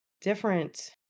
different